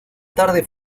tarde